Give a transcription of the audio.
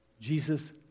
Jesus